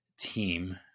team